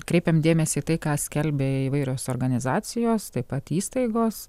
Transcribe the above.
kreipiam dėmesį į tai ką skelbia įvairios organizacijos taip pat įstaigos